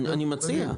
תגיד.